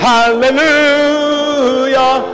Hallelujah